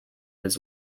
his